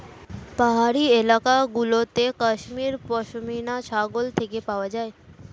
পাহাড়ি এলাকা গুলোতে কাশ্মীর পশমিনা ছাগল থেকে পাওয়া যায়